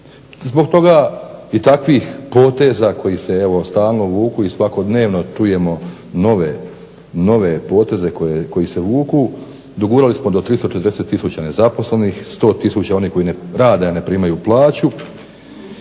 Zbog toga i takvih poteza koji se stalno vuku i svakodnevno čujemo nove poteze koji se vuku dogurali smo do 340 tisuća nezaposlenih, 100 tisuća onih koji rade a ne primaju plaću,